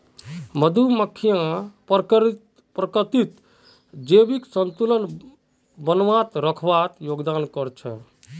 मधुमक्खियां प्रकृतित जैविक संतुलन बनइ रखवात योगदान कर छि